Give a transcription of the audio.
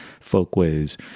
folkways